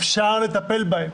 אפשר לטפל בהם,